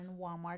Walmart